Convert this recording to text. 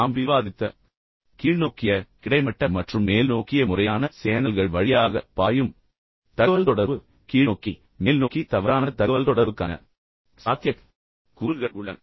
நாம் விவாதித்த கீழ்நோக்கிய கிடைமட்ட மற்றும் மேல்நோக்கிய முறையான சேனல்கள் வழியாக பாயும் தகவல்தொடர்பு பின்னர் பெரும்பாலும் கீழ்நோக்கி மற்றும் மேல்நோக்கி தவறான தகவல்தொடர்புக்கான சாத்தியக்கூறுகள் உள்ளன